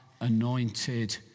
anointed